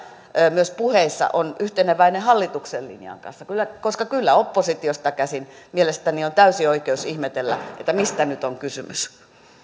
myös puheissa on yhteneväinen hallituksen linjan kanssa koska kyllä oppositiosta käsin mielestäni on täysi oikeus ihmetellä mistä nyt on kysymys